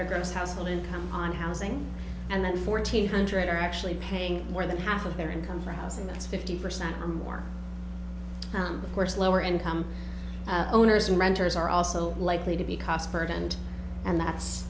their gross household income on housing and then fourteen hundred are actually paying more than half of their income for housing that's fifty percent more than the first lower income owners and renters are also likely to be cost burdened and that's